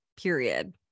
period